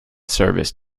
service